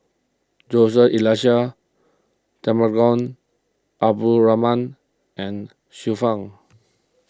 Joseph Elias Temenggong Abdul Rahman and Xiu Fang